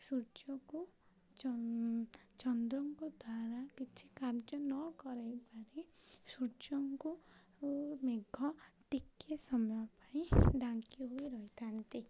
ସୂର୍ଯ୍ୟକୁ ଚନ୍ଦ୍ରଙ୍କ ଦ୍ୱାରା କିଛି କାର୍ଯ୍ୟ ନକରେଇପାରେ ସୂର୍ଯ୍ୟଙ୍କୁ ମେଘ ଟିକେ ସମୟ ପାଇଁ ଢାଙ୍କି ହୋଇ ରହିଥାନ୍ତି